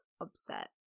upset